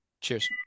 Cheers